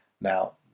Now